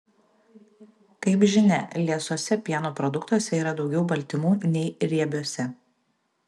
kaip žinia liesuose pieno produktuose yra daugiau baltymų nei riebiuose